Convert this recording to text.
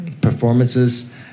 performances